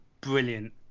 Brilliant